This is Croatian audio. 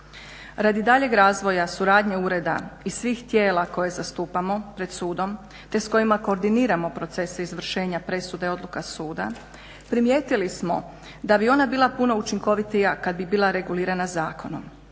Radi daljeg razvoja suradnje Ureda i svih tijela koje zastupamo pred sudom, te s kojima koordiniramo procese izvršenja presude i odluka suda primijetili smo da bi ona bila puno učinkovitija kad bi bila regulirana zakonom.